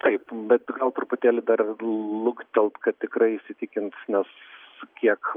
taip bet gal truputėlį dar luktelt kad tikrai įsitikint nes kiek